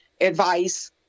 advice